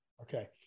Okay